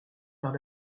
par